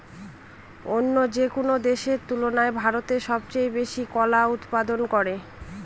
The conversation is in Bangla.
অন্য যেকোনো দেশের তুলনায় ভারত সবচেয়ে বেশি কলা উৎপাদন করে